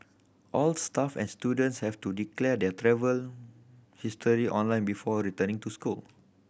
all staff and students have to declare their travel history online before returning to school